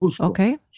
Okay